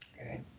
Okay